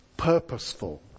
purposeful